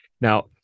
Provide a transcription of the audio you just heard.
now